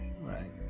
Right